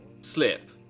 slip